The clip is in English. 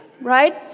right